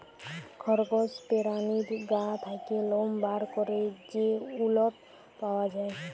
খরগস পেরানীর গা থ্যাকে লম বার ক্যরে যে উলট পাওয়া যায়